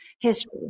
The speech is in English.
history